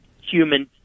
human